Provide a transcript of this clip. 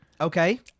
Okay